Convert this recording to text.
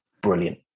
brilliant